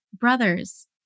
Brothers